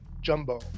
Jumbo